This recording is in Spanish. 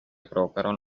provocaron